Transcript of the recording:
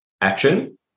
action